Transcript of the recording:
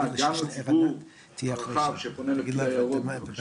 גם לציבור הרחב שפונה לפקיד היערות.